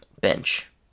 bench